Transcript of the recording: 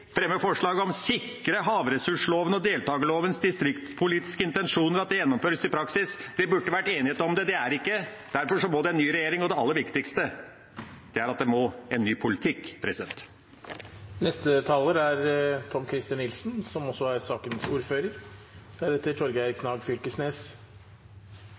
forslag om å sikre at havressursloven og deltakerlovens distriktspolitiske intensjoner gjennomføres i praksis, burde det vært enighet om det. Det er det ikke. Derfor må det en ny regjering til, og det aller viktigste er at det må en ny politikk til. Til siste taler: Det er i Riksrevisjonens rapport det beskrives at det er